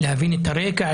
להבין את הרקע,